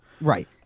Right